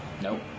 Nope